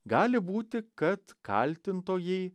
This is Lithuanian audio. gali būti kad kaltintojai